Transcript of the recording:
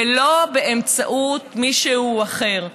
ולא באמצעות מישהו אחר.